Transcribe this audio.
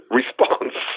response